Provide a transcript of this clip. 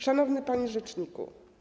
Szanowny Panie Rzeczniku!